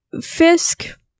fisk